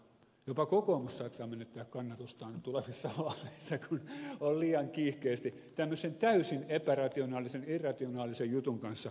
jopa kokoomus saattaa menettää kannatustaan tulevissa vaaleissa kun on liian kiihkeästi tämmöisen täysin epärationaalisen irrationaalisen jutun kanssa tekemisissä